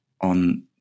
on